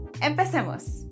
¡Empecemos